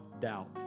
doubt